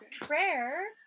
prayer